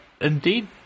indeed